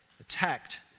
attacked